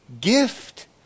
gift